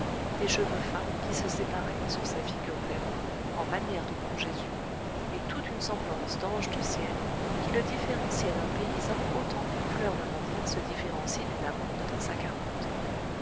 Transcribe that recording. des cheveux fins qui se séparaient sur sa figure blême en manière de bon jésus et toute une semblance d'ange du ciel qui le différenciait d'un paysan autant qu'une fleur d'amandier se différencie d'une amande dans sa carcotte